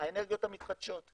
האנרגיות המתחדשות.